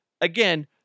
Again